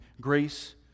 grace